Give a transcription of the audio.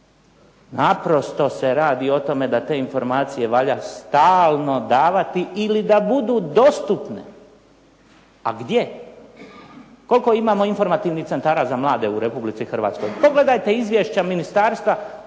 Naprosto se radi o tome da te informacije valja stalno davati ili da budu dostupne. A gdje? Koliko imamo informativnih centara za mlade u Republici Hrvatskoj? pogledajte izvješća Ministarstva